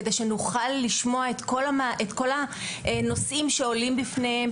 כדי שנוכל לשמוע את כל הנושאים שעומדים בפניהם.